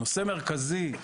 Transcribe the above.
הנושא מרכזי,